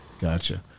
Gotcha